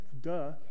duh